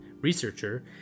researcher